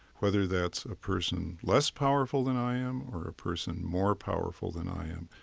whether that's a person less powerful than i am or a person more powerful than i am.